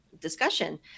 discussion